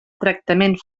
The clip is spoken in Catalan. tractament